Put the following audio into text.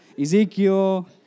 Ezekiel